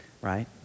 right